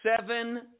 seven